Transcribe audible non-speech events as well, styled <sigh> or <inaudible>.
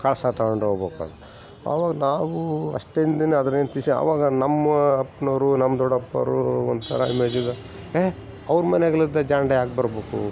ಕಳಸ ತಗೊಂಡು ಹೋಗ್ಬೇಕು ಅಂತ ಅವಾಗ ನಾವು ಅಷ್ಟೇನು ದಿನ ಅದ್ರಿನ್ದು ವಿಷಯ ಅವಾಗ ನಮ್ಮ ಅಪ್ಪನವ್ರು ನಮ್ಮ ದೊಡ್ದಪ್ಪರು ಒಂಥರ <unintelligible> ಎ ಅವರು ಮನೆಯಾಗ್ಲಿದ್ದ ಜಾಂಡ ಯಾಕೆ ಬರಬೇಕು